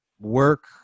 work